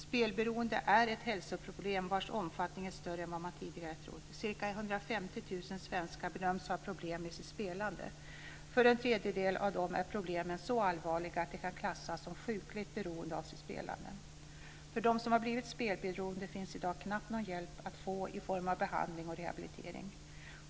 Spelberoende är ett hälsoproblem vars omfattning är större än vad man tidigare har trott. Ca 150 000 svenskar bedöms ha problem med sitt spelande. För en tredjedel av dem är problemen så allvarliga att de kan klassas som sjukligt beroende av sitt spelande. För dem som har blivit spelberoende finns i dag knappt någon hjälp att få i form av behandling och rehabilitering.